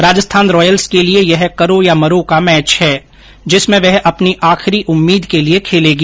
Rajasthan Royals के लिये यह करो या मरो का मैच है जिसमें वह अपनी आखिरी उम्मीद के लिये खेलेगी